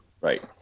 right